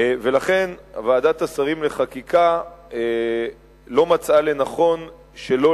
ולכן ועדת השרים לחקיקה לא מצאה לנכון שלא